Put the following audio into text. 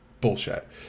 bullshit